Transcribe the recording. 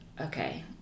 okay